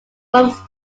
forms